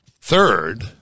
Third